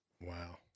Wow